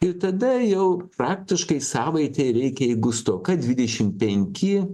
ir tada jau praktiškai savaitei reikia jeigu stoka dvidešim penki